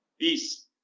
Peace